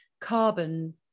carbon